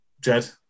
Jed